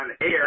air